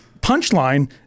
punchline